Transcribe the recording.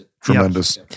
Tremendous